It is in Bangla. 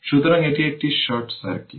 সুতরাং এটি একটি শর্ট সার্কিট